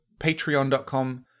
patreon.com